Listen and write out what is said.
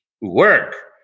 work